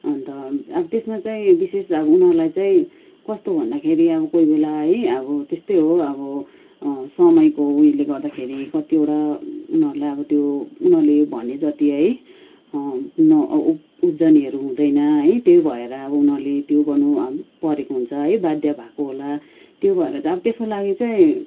अन्त अब त्यसमा चाहिँ विशेष अब उनीहरूलाई चाहिँ कस्तो भन्दाखेरि अब कोही बेला है अब त्यस्तै हो अब समयको उयोले गर्दाखेरि कतिवटा उनीहरूलाई अब त्यो उनीहरूले भने जति है न अ उब उब्जनीहरू हुँदैन है त्यही भएर अब उनीहरूले त्यो गर्नु है परेको हुन्छ है बाध्य भएको होला त्यो भएर चाहिँ अब त्यसको लागि चाहिँ